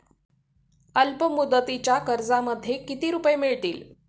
अल्पमुदतीच्या कर्जामध्ये किती रुपये मिळतील?